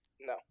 No